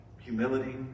humility